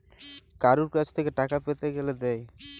কারুর কাছ থেক্যে টাকা পেতে গ্যালে দেয়